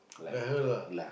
the hell lah